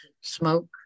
smoke